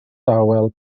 dawel